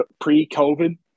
pre-COVID